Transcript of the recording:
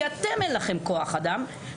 כי אתם אין לכם כוח אדם.